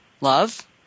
love